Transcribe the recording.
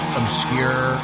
obscure